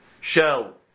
shell